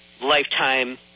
lifetime